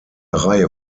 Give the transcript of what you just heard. reihe